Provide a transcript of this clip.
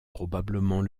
probablement